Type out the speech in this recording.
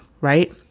right